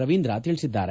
ರವೀಂದ್ರ ತಿಳಿಸಿದ್ದಾರೆ